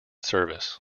service